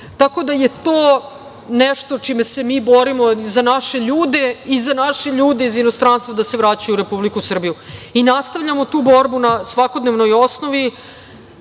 tako da je to nešto čime se mi borimo za naše ljude i za naše ljude iz inostranstva da se vraćaju u Republiku Srbiju. Nastavljamo tu borbu na svakodnevnoj osnovi,